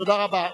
תודה רבה.